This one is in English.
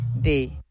day